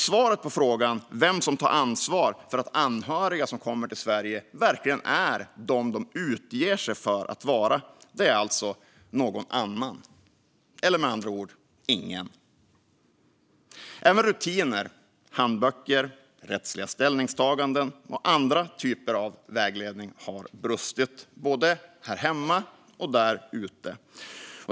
Svaret på frågan vem som tar ansvar för att anhöriga som kommer till Sverige verkligen är de som de utger sig för att vara är alltså någon annan, eller med andra ord ingen. Även rutiner, handböcker, rättsliga ställningstaganden och andra typer av vägledning har brustit både här hemma och där ute.